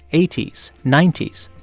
eighty s, ninety s.